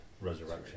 resurrection